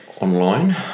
online